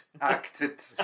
acted